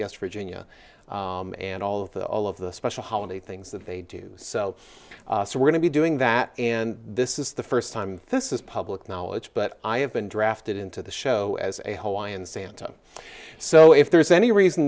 for ginia and all of the all of the special holiday things that they do so we're going to be doing that and this is the first time this is public knowledge but i have been drafted into the show as a whole why and santa so if there's any reason